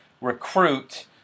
recruit